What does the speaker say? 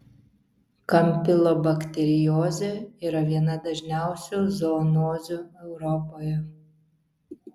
kampilobakteriozė yra viena dažniausių zoonozių europoje